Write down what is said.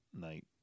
night